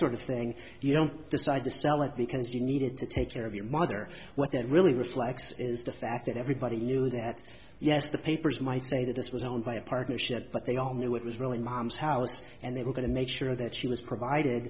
sort of thing you know decide to sell it because you need it to take care of your mother what that really reflects is the fact that everybody knew that yes the papers might say that this was owned by a partnership but they all knew it was really mom's house and they were going to make sure that she was provide